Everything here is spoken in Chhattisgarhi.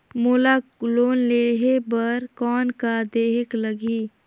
मोला लोन लेहे बर कौन का देहेक लगही?